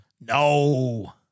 No